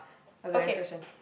what's the next question